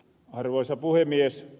arvoisa puhemies